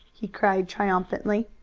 he cried triumphantly.